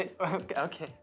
Okay